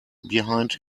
behind